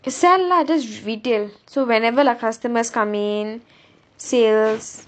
sell lah just retail so whenever customers come in sales